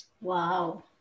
Wow